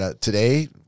Today